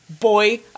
Boy